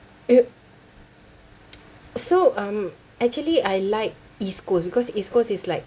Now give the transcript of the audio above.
so um actually I like east coast because east coast is like